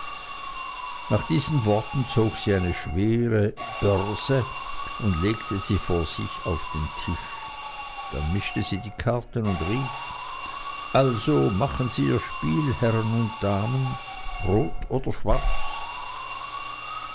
nach diesen worten zog sie eine beschwerte börse und legte sie vor sich auf den tisch dann mischte sie die karten und rief also machen sie ihr spiel herren und damen rot oder schwarz